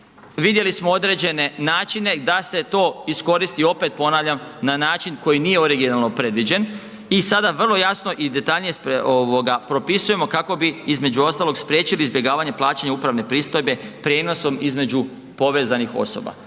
vidjeli smo određene načine da se to iskoristi, opet ponavljam, na način koji nije originalno predviđen i sada vrlo jasno i detaljnije propisujemo kako bi između ostalog spriječili izbjegavanje plaćanja upravne pristojbe prijenosom između povezanih osoba,